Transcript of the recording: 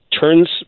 turns